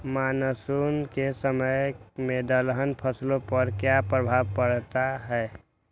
Monsoon के समय में दलहन फसलो पर क्या प्रभाव पड़ता हैँ?